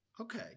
Okay